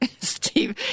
Steve